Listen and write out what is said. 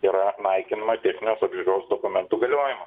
yra naikinama techninės apžiūros dokumentų galiojimas